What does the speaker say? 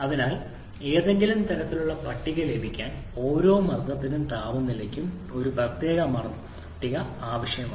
അതിനാൽ ഏതെങ്കിലും തരത്തിലുള്ള പട്ടിക ലഭിക്കാൻ ഓരോ മർദ്ദത്തിനും താപനിലയ്ക്കും ഒരു പ്രത്യേക പട്ടിക ആവശ്യമാണ്